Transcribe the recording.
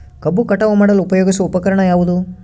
ಕಬ್ಬು ಕಟಾವು ಮಾಡಲು ಉಪಯೋಗಿಸುವ ಉಪಕರಣ ಯಾವುದು?